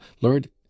Lord—